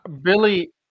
Billy